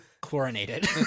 chlorinated